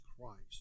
Christ